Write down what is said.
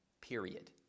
period